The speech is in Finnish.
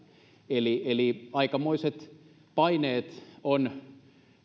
eli eli aikamoiset paineet on